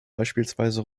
beispielsweise